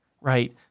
right